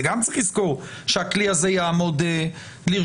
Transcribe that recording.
זה גם צריך לזכור שהכלי הזה יעמוד לרשותכם.